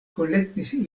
kolektis